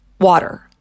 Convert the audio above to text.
water